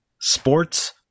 sports